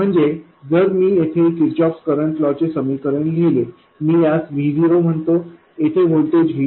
म्हणजे जर मी येथे किर्चहोफ करंट लॉ चे समीकरण लिहिले मी यास Vo म्हणतो येथे व्होल्टेज VTEST